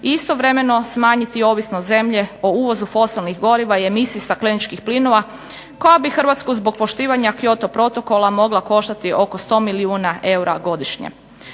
istovremeno smanjiti ovisnost zemlje o uvozu fosilnih goriva i emisiji stakleničkih plinova koja bi Hrvatsku zbog poštivanja Kyoto protokola mogla koštati oko 100 milijuna eura godišnje.